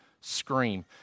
scream